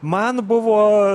man buvo